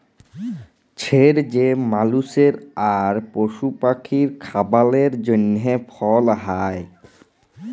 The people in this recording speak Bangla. ছের যে মালুসের আর পশু পাখির খাবারের জ্যনহে ফল হ্যয়